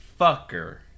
Fucker